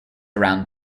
around